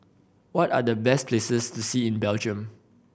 what are the best places to see in Belgium